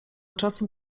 czasem